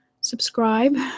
subscribe